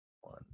one